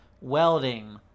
welding